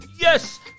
Yes